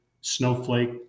Snowflake